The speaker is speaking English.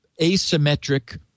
asymmetric